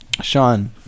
Sean